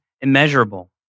immeasurable